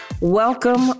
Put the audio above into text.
welcome